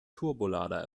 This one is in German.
turbolader